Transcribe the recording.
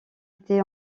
été